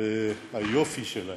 והיופי שלהם,